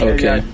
Okay